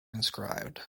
inscribed